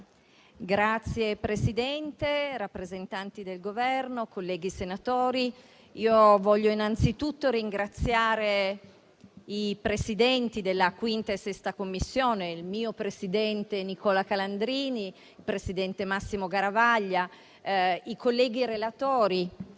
Signor Presidente, rappresentanti del Governo, colleghi senatori, voglio innanzitutto ringraziare i Presidenti della 5a e della 6a Commissione, il mio presidente Nicola Calandrini, il presidente Massimo Garavaglia, i colleghi relatori,